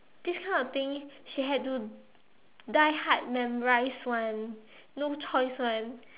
this kind of thing she had to die hard memorize [one] no choice [one]